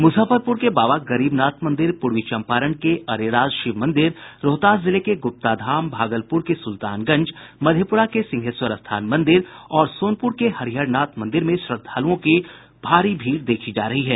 मूजफ्फरपूर के बाबा गरीबनाथ मंदिर पूर्वी चंपारण के अरेराज शिव मंदिर रोहतास जिले के गूप्ताधाम भागलपुर के सुल्तानगंज मधेपुरा के सिंहेश्वर स्थान मंदिर और सोनपुर के हरिहर नाथ मंदिर में श्रद्धालुओं की विशेष भीड़ देखी जा रही है